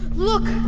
look.